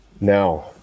Now